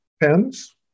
Depends